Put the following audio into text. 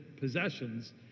possessions